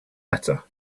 better